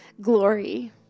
glory